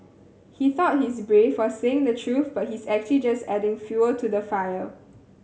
he thought he's brave for saying the truth but he's actually just adding fuel to the fire